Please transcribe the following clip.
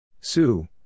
Sue